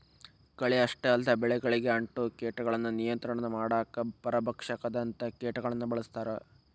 ಕಳೆ ಅಷ್ಟ ಅಲ್ಲದ ಬೆಳಿಗಳಿಗೆ ಅಂಟೊ ಕೇಟಗಳನ್ನ ನಿಯಂತ್ರಣ ಮಾಡಾಕ ಪರಭಕ್ಷಕದಂತ ಕೇಟಗಳನ್ನ ಬಳಸ್ತಾರ